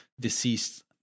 deceased